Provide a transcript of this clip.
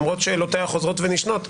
למרות שאלותיי החוזרות ונשנות,